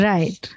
Right